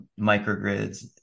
microgrids